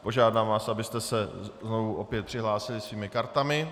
Požádám vás, abyste se znovu opět přihlásili svými kartami.